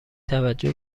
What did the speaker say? توجه